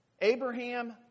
Abraham